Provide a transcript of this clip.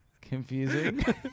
confusing